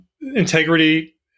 Integrity